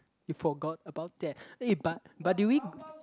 you forgot about that eh but but did we